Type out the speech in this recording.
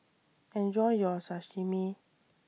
Enjoy your Sashimi